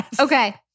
Okay